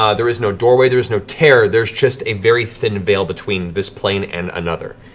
ah there is no doorway, there is no tear. there's just a very thin veil between this plane and another.